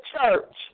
church